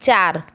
চার